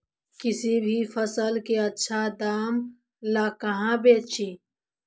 किसी भी फसल के आछा दाम ला कहा बेची?